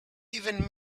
even